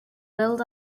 build